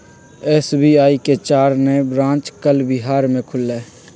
SBI के चार नए ब्रांच कल बिहार में खुलय